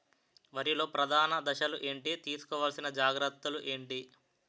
వరిలో ప్రధాన దశలు ఏంటి? తీసుకోవాల్సిన జాగ్రత్తలు ఏంటి?